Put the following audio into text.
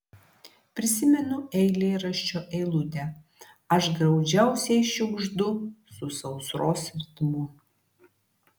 prisimenu eilėraščio eilutę aš graudžiausiai šiugždu su sausros ritmu